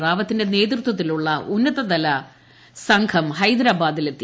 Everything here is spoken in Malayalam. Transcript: റാവത്തിന്റെ നേതൃത്വത്തിലുള്ള ഉന്നതലതല സംഘം ഹൈദ്രാബാദിലെത്തി